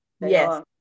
yes